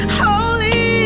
holy